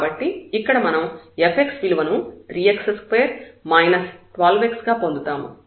కాబట్టి ఇక్కడ మనం fx విలువను 3x2 12x గా పొందుతాము